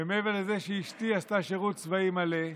ומעבר לזה שאשתי עשתה שירות צבאי מלא,